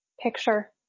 picture